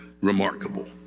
remarkable